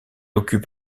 occupe